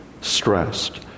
stressed